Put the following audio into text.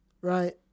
right